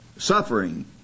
Suffering